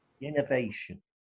Innovation